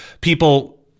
people